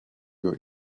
your